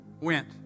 went